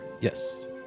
Yes